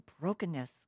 brokenness